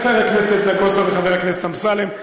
חבר הכנסת נגוסה וחבר הכנסת אמסלם,